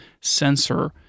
sensor